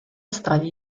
strati